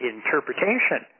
interpretation